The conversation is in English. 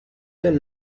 than